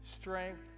strength